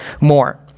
more